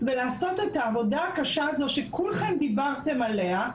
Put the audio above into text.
ולעשות את העבודה הקשה הזו שכולכם דיברתם עליה,